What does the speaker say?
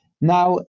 Now